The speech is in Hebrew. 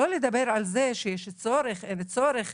לא לדבר על זה שיש צורך או אין צורך,